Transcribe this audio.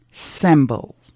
Symbol